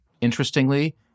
Interestingly